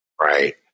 right